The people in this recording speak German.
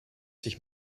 sich